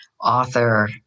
author